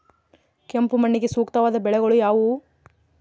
ಕೆಂಪು ಮಣ್ಣಿಗೆ ಸೂಕ್ತವಾದ ಬೆಳೆಗಳು ಯಾವುವು?